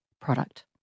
product